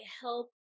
help